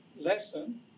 lesson